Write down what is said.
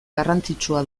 garrantzitsua